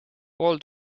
pool